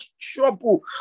trouble